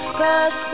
cause